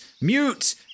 Mute